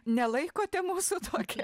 nelaikote mūsų tokia